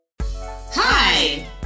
Hi